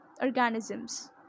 organisms